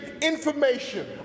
information